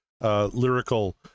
lyrical